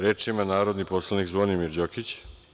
Reč ima narodni poslanik Zvonimir Đokić.